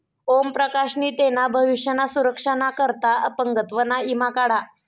ओम प्रकाश नी तेना भविष्य ना सुरक्षा ना करता अपंगत्व ना ईमा काढा